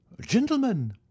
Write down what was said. gentlemen